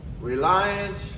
reliance